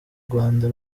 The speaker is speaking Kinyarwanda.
rwanda